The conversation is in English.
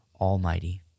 Almighty